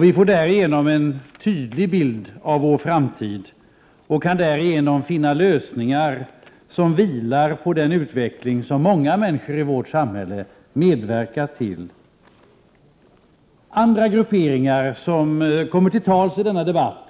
Vi får därigenom en tydlig bild av vår framtid och kan finna lösningar som vilar på den utveckling som många människor i vårt samhälle medverkar till. Andra grupperingar, som kommer till tals i denna debatt,